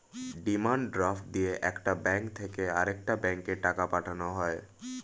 demand draft দিয়ে একটা bank থেকে আরেকটা ব্যাঙ্কে টাকা পাঠানো হয়